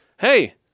Hey